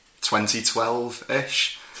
2012-ish